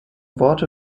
worte